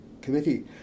committee